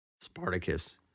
Spartacus